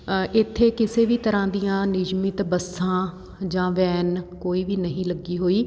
ਇੱਥੇ ਕਿਸੇ ਵੀ ਤਰ੍ਹਾਂ ਦੀਆਂ ਨਿਯਮਿਤ ਬੱਸਾਂ ਜਾਂ ਵੈਨ ਕੋਈ ਵੀ ਨਹੀਂ ਲੱਗੀ ਹੋਈ